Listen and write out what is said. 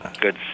Good